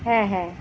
হ্যাঁ হ্যাঁ